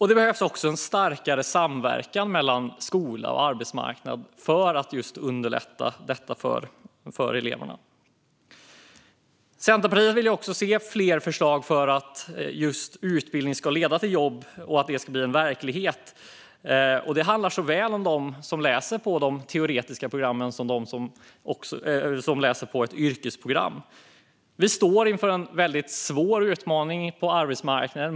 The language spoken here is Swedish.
Det behövs också en starkare samverkan mellan skola och arbetsmarknad för att underlätta detta för eleverna. Centerpartiet vill också se fler förslag för att utbildning ska leda till jobb och för att detta ska bli verklighet. Det handlar såväl om dem som läser på de teoretiska programmen som om dem som läser på yrkesprogram. Vi står inför en väldigt svår utmaning på arbetsmarknaden.